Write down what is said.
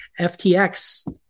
FTX